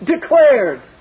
declared